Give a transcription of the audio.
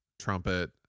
trumpet